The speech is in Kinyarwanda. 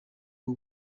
bwo